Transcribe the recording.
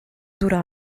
dura